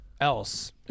else